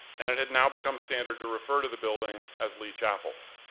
and it had now become standard to refer to the building as lee chapel.